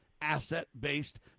asset-based